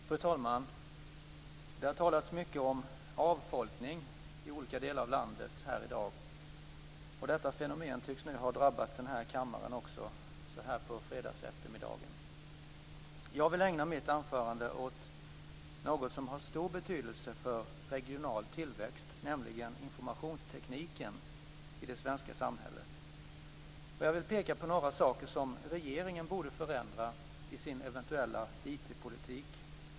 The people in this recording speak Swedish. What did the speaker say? Fru talman! Det har här i dag talats mycket om avfolkning i olika delar av landet. Detta fenomen tycks nu också ha drabbat kammaren så här på fredagseftermiddagen. Jag vill ägna mitt anförande åt något som har stor betydelse för regional tillväxt, nämligen informationstekniken i det svenska samhället. Jag vill peka på några saker som regeringen borde förändra i sin eventuella IT-politik.